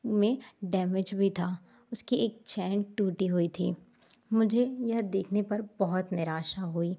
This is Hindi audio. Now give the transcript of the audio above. में डैमेज भी था उसकी एक चैन टूटी हुई थी मुझे यह देखने पर बहुत निराशा हुई